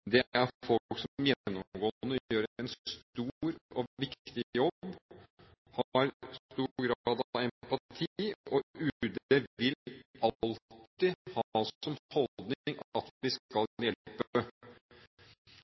er folk som gjennomgående gjør en stor og viktig jobb og har stor grad av empati, og UD vil alltid ha som holdning at vi skal